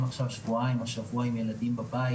עכשיו שבוע-שבועיים עם ילדים בבית.